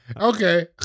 okay